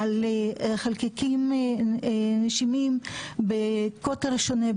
על חלקיקים נשימים בקוטר שונה,